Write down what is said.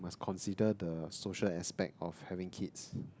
must consider the the social aspect of having kids